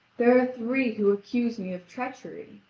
there are three who accuse me of treachery.